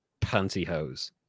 Pantyhose